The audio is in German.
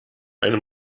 einem